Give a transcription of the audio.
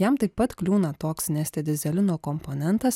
jam taip pat kliūna toks neste dyzelino komponentas